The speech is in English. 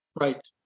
Right